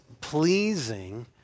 pleasing